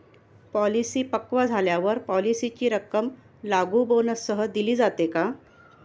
Policy पक्व झाल्यावर पॉलिसीची रक्कम लागू बोनससह दिली जाते का?